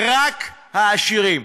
רק העשירים.